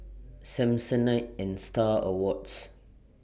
Samsonite and STAR Awards